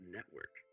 Network